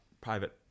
private